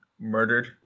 murdered